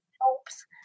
helps